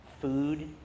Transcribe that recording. food